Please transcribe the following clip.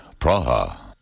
Praha